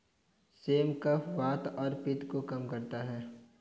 same कफ, वात और पित्त को कम करता है